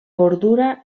bordura